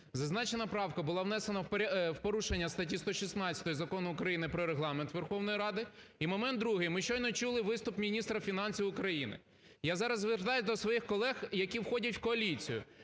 зазначена правка була внесена в порушення статті 116 Закону України "Про Регламент Верховної Ради" і момент другий, ми щойно чули виступ міністра фінансів України. Я зараз звертаюся до своїх колег, які входять в коаліцію,